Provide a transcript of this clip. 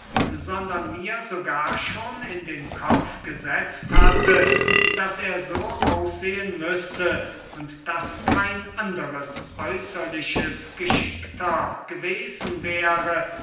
sondern mir sogar schon in den kopf gesetzt hatte daß er so aussehen müsse und daß kein andres äußerliches geschickter gewesen wäre